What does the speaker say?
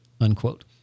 Unquote